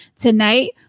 tonight